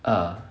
ah